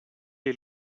les